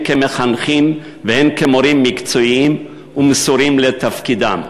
כמחנכים והן כמורים מקצועיים ומסורים לתפקידם.